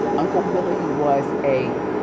uncle willy was a